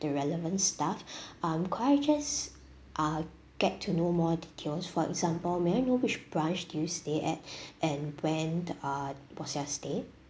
the relevant staff um could I just uh get to know more details for example may I know which branch do you stay at and when the uh was your stay